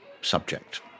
subject